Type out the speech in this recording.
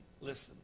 listen